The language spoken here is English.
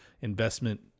investment